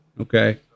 Okay